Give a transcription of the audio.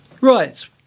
Right